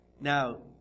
now